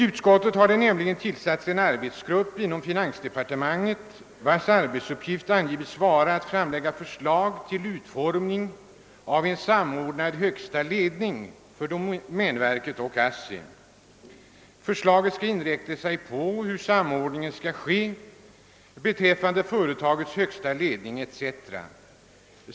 Utskottet skriver att en arbetsgrupp tillsatts inom finansdepartementet, och gruppens uppgift har angivits vara »att framlägga förslag till utformning av en samordnad högsta ledning för domänverket och ASSI. Förslaget skall inrikta sig på hur samordningen skall ske beträffande företagens långsiktiga handlande, policyfrågor av olika slag, investeringsplaner etc.